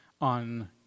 on